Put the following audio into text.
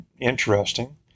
interesting